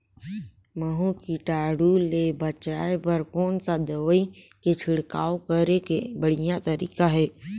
महू कीटाणु ले बचाय बर कोन सा दवाई के छिड़काव करे के बढ़िया तरीका हे?